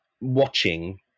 watching